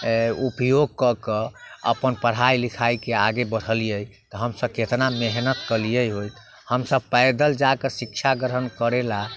उपयोग कऽके अपन पढ़ाइ लिखाइके आगे बढ़ेलियै हमसब केतना मेहनत कयलियै हमसब पैदल जाके शिक्षा ग्रहण करे ला